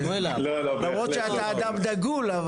למרות שאתה אדם דגול.